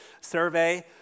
survey